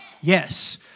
Yes